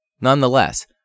Nonetheless